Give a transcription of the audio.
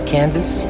Kansas